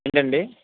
ఏంటండి